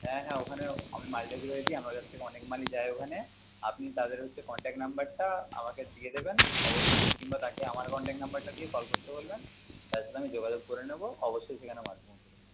হ্যাঁ হ্যাঁ ওখানেও আমি মাল ডেলিভারি দিই আমার কাছ থেকে অনেক মালই যায় ওখানে আপনি তাদের হচ্ছে কনট্যাক্ট নাম্বারটা আমাকে দিয়ে দেবেন অবশ্যই কিংবা তাকে আমার কনট্যাক্ট নাম্বারটা দিয়ে কল করতে বলবেন তার সঙ্গে আমি যোগাযোগ করে নেব অবশই সেখানে মাল পৌঁছে দেব